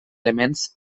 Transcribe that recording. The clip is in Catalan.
elements